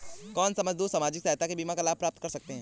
कौनसे मजदूर सामाजिक सहायता बीमा का लाभ प्राप्त कर सकते हैं?